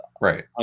Right